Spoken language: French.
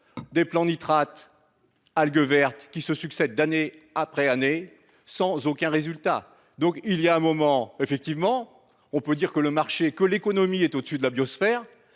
Des plans nitrate. Algues vertes qui se succèdent d'année après année sans aucun résultat. Donc il y a un moment effectivement on peut dire que le marché que l'économie est au-dessus de la biosphère